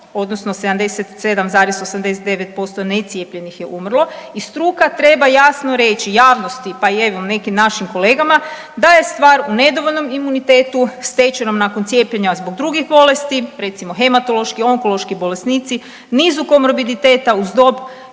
odnosno 77,89% necijepljenih je umrlo i struka treba jasno reći javnosti pa i evo nekim našim kolegama da je stvar u nedovoljnom imunitetu stečenom nakon cijepljenja zbog drugih bolesti recimo hematološki, onkološki bolesnici, nizu komorbiditeta uz dob